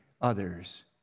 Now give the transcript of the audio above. others